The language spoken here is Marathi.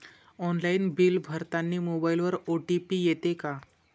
ऑनलाईन बिल भरतानी मोबाईलवर ओ.टी.पी येते का?